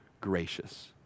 gracious